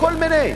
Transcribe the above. כל מיני.